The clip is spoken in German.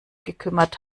gekümmert